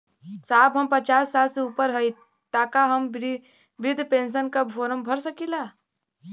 साहब हम पचास साल से ऊपर हई ताका हम बृध पेंसन का फोरम भर सकेला?